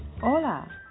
Hola